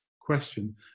question